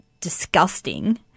disgusting